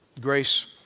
Grace